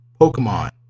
Pokemon